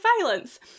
violence